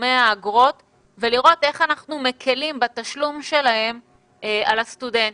תשלומי האגרות ולראות איך אנחנו מקלים בתשלום שלהם על הסטודנטים,